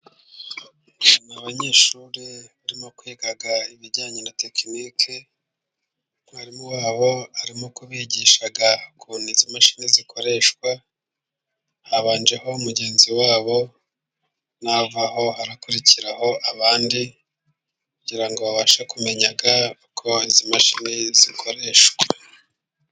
Mu banyeshuri barimo kwiga ibijyanye na tekiniki, umwarimu wabo arimo kubigisha uko izi imashini zikoreshwa, habanjemo mugenzi wabo, navaho harakurikiraho abandi, kugirango babashe kumenya uko izi mashini zikoreshwa.